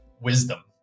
wisdom